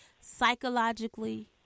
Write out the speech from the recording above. psychologically